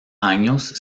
años